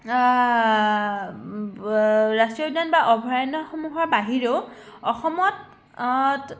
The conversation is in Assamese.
বা ৰাষ্ট্ৰীয় উদ্যান বা অভয়াৰণ্যসমূহৰ বাহিৰেও অসমত